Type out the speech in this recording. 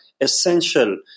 essential